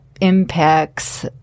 impacts